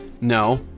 No